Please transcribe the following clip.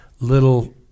little